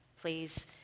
please